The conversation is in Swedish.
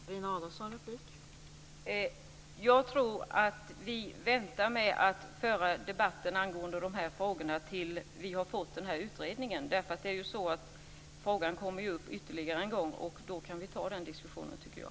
Fru talman! Jag tror att det är bäst att vänta med att föra en debatt i dessa frågor tills utredningen är klar. Frågan kommer ju upp ytterligare en gång, och då kan vi ta den diskussionen, tycker jag.